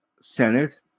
Senate